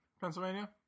Pennsylvania